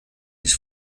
his